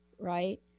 Right